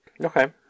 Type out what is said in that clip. Okay